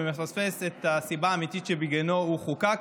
ומפספס את הסיבה האמיתית שבגינה הוא חוקק.